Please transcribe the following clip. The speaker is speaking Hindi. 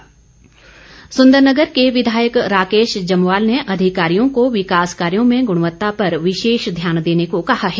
राकेश जमवाल संदरनगर के विधायक राकेश जमवाल ने अधिकारियों को विकास कार्यों में गुणवत्ता पर विशेष ध्यान देने को कहा है